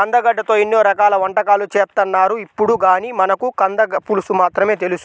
కందగడ్డతో ఎన్నో రకాల వంటకాలు చేత్తన్నారు ఇప్పుడు, కానీ మనకు కంద పులుసు మాత్రమే తెలుసు